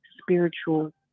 spiritual